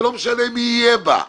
שלא משנה מי יהיה בה.